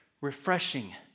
refreshing